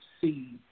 see